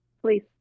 please